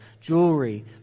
jewelry